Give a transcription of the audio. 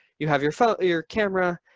you have your phone, your camera.